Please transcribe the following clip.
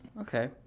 okay